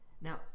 Now